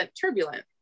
turbulent